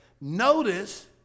Notice